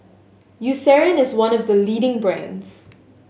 Eucerin is one of the leading brands